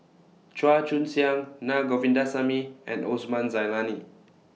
Chua Joon Siang Na Govindasamy and Osman Zailani